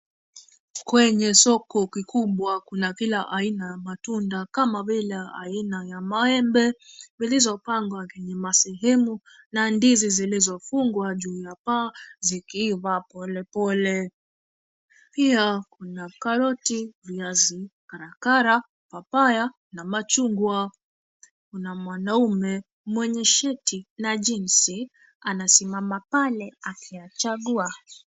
Kwenye soko kikubwa kuna kila aina ya matunda kama vile aina ya maembe zilizopangwa kwenye masehemu na ndizi zilizofungwa juu ya paa zikiiva polepole. Pia kuna karoti, viazi, karakara, papaya na machungwa. Kuna mwanaume mwenye sheti na jinzi anasimama pale akiyachagua.